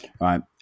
Right